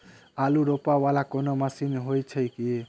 आलु रोपा वला कोनो मशीन हो छैय की?